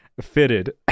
fitted